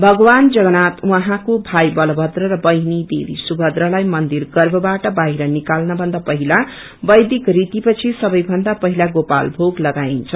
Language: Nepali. भगवान जगन्नाथ उहाँको भाई बलभद्र र बहिनी देवी सुभद्रा लाई मन्दिर गर्भबाट बाहिर निकाल्नु भन्दा पहिला बौछिक रीति पछि सबे भन्दा पहिला गोपाल भोग लागाईन्छ